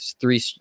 three